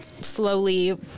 slowly